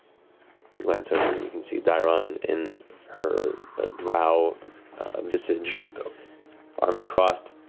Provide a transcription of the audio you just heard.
you glance over and you can see dairon in her drow visage. so arms crossed.